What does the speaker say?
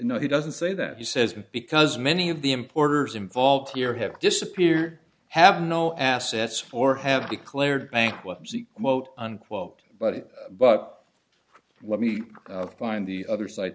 no he doesn't say that he says because many of the importers involved here have disappear have no assets or have declared bankruptcy quote unquote but it but let me find the other cit